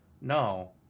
no